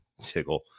tickle